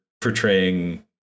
portraying